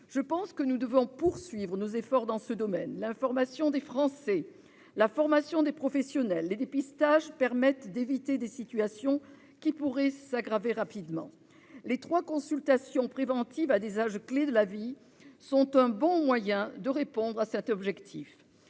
Je pense que nous devons poursuivre nos efforts dans ce domaine. L'information des Français, la formation des professionnels et les dépistages permettent d'éviter des situations qui pourraient s'aggraver rapidement. Les trois consultations préventives à des âges clés de la vie sont un bon moyen de répondre à cet objectif.